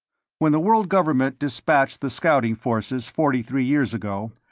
when the world government dispatched the scouting forces forty-three years ago,